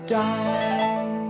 die